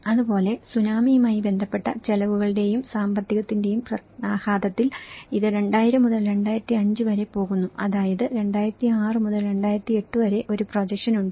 അതുപോലെ സുനാമിയുമായി ബന്ധപ്പെട്ട ചെലവുകളുടെയും സാമ്പത്തികത്തിന്റെയും ആഘാതത്തിൽ ഇത് 2000 മുതൽ 2005 വരെ പോകുന്നു അതായത് 2006 മുതൽ 2008 വരെ ഒരു പ്രൊജക്ഷൻ ഉണ്ട്